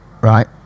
right